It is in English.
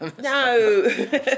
No